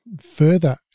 further